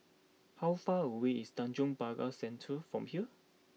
how far away is Tanjong Pagar Centre from here